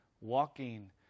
walking